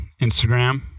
Instagram